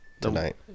tonight